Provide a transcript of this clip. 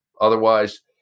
Otherwise